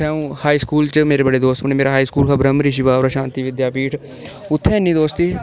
उत्थें अं'ऊ high school च मेरे बड़े दोस्त होने मेरा हाई स्कूल ब्रहमऋषि बावरा शांति विद्यापीठ उत्थें इ'न्नी दोस्ती ही